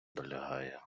долягає